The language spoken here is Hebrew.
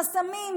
חסמים,